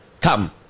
Come